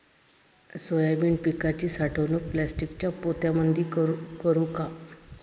Soybean पिकाची साठवणूक प्लास्टिकच्या पोत्यामंदी करू का?